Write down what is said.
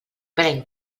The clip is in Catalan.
prenc